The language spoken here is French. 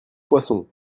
poisson